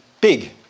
big